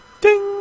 Ding